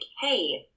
hey